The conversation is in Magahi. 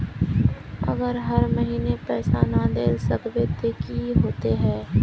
अगर हर महीने पैसा ना देल सकबे ते की होते है?